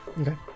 Okay